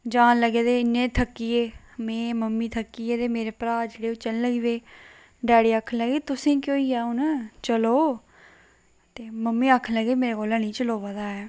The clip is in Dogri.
जान लगे ते इन्ने थक्की गे में मम्मी थक्की गे ते मेरे भ्रा जेहड़े ओह् चलन लगी पे डैडी आक्खन लगे पे तुसें गी केह् होई गेआ हून चलो ते मम्मी आक्खन लगे कि मेरे कोला नेईं चलोऐ दा है